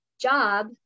job